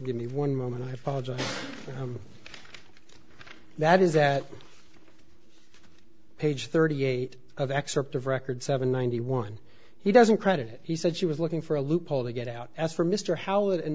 give me one moment i apologize that is that page thirty eight of excerpt of record seven ninety one he doesn't credit he said she was looking for a loophole to get out as for mr howard and